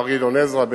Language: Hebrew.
מר גדעון עזרא,